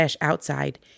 outside